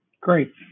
Great